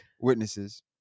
witnesses